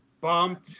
bumped